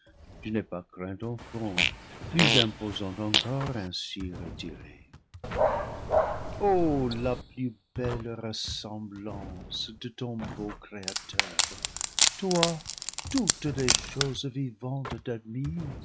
je n'ai pas craint ton front plus imposant encore ainsi retirée o la plus belle ressemhlance de ton beau créateur toi toutes les choses vivantes